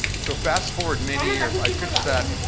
so fast forward many years, i pitched that,